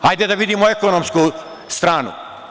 Hajde da vidimo ekonomsku stranu.